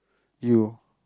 you